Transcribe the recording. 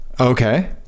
Okay